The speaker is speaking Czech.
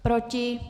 Proti?